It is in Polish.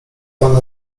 pan